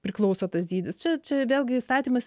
priklauso tas dydis čia čia vėlgi įstatymas